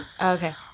Okay